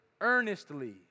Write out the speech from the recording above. earnestly